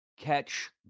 Catch